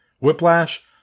Whiplash